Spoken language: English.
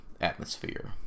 atmosphere